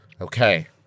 Okay